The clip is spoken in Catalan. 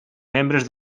membres